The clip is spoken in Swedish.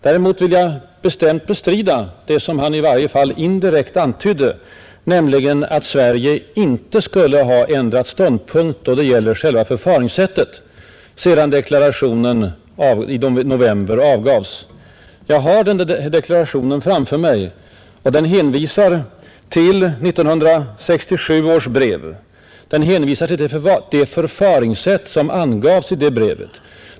Däremot vill jag bestämt bestrida det som herr Feldt i varje fall indirekt antydde, nämligen att Sverige inte skulle ha ändrat ståndpunkt då det gäller själva förfaringssättet, sedan deklarationen avgavs i november. Jag har den deklarationen framför mig. Där hänvisas till 1967 års brev och till det förfaringssätt som angavs i det brevet.